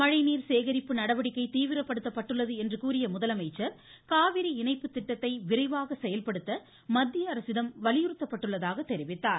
மழை நீர் சேகரிப்பு நடவடிக்கை தீவிரப்படுத்தப்பட்டுள்ளது என்று கூறிய அவர் இணைப்பு திட்டத்தை விரைவாக செயல்படுத்த மத்தியஅரசிடம் காவிரி வலியுறுத்தப்பட்டுள்ளதாக தெரிவித்தார்